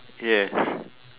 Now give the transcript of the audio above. yes